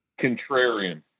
Contrarian